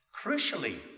Crucially